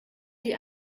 die